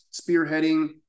spearheading